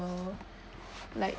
like